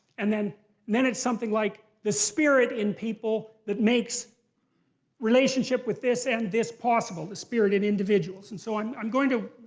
and then then it's something like the spirit in people that makes the relationship with this and this possible. the spirit in individuals. and so i'm i'm going to